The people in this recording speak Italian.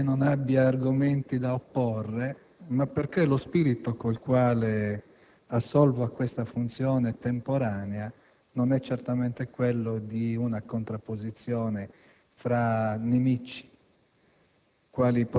non perché non abbia argomenti da opporre, ma perché lo spirito con il quale assolvo a questa funzione temporanea, non è certamente quello di una contrapposizione tra nemici,